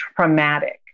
traumatic